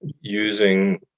using